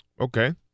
Okay